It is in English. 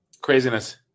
Craziness